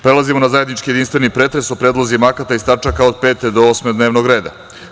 Prelazimo na zajednički jedinstveni pretres o predlozima akata iz tačaka od 5. do 8. dnevnog reda.